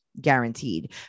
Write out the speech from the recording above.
guaranteed